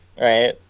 right